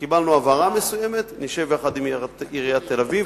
קיבלנו הבהרה מסוימת, נשב יחד עם עיריית תל-אביב.